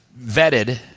vetted